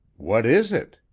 what is it?